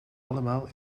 allemaal